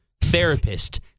therapist